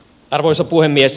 arvoisa puhemies